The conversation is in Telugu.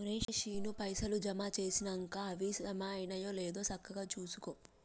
ఒరే శీనూ, పైసలు జమ జేసినంక అవి జమైనయో లేదో సక్కగ జూసుకో